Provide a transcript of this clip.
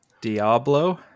diablo